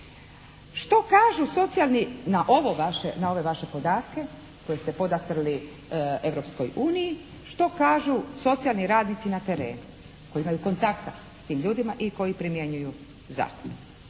što kažu socijalni radnici na terenu koji imaju kontakta s tim ljudima i koji primjenjuju zakon,